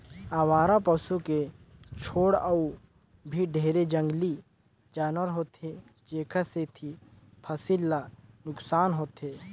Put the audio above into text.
अवारा पसू के छोड़ अउ भी ढेरे जंगली जानवर होथे जेखर सेंथी फसिल ल नुकसान होथे